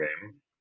game